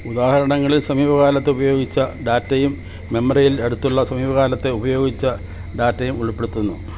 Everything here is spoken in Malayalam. ഉദാഹരണങ്ങളിൽ സമീപകാലത്ത് ഉപയോഗിച്ച ഡാറ്റയും മെമ്മറിയിൽ അടുത്തുള്ള സമീപകാലത്ത് ഉപയോഗിച്ച ഡാറ്റയും ഉൾപ്പെടുത്തുന്നു